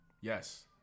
Yes